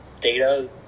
data